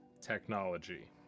technology